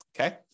okay